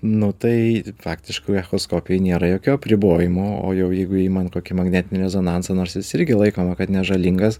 nu tai faktiškai echoskopijai nėra jokių apribojimų o jau jeigu imant kokį magnetinį rezonansą nors jis irgi laikoma kad nežalingas